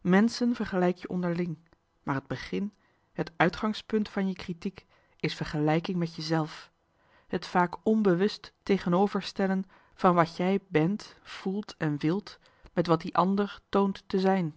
menschen vergelijk je onderling maar het begin het uitgangspunt van je kritiek is vergelijking met jezelf het vaak onbewust tegenoverstellen van wat jij bent voelt en wilt met wat die ander toont te zijn